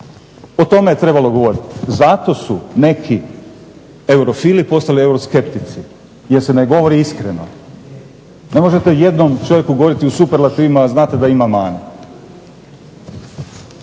O tome je trebalo govoriti. Zato su neki eurofili postali euroskeptici jer se ne govori iskreno. Ne možete o jednom čovjeku govoriti u superlativima, a znate da ima mane.